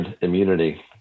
immunity